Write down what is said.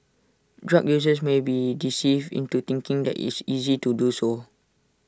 drug users may be deceived into thinking that IT is easy to do so